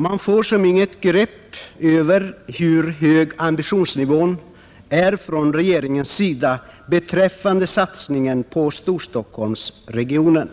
Man får inget grepp över hur hög ambitionsnivån är hos regeringen beträffande satsningen på Storstockholmsregionen.